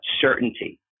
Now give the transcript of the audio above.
certainty